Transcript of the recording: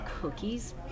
cookies